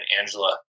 Angela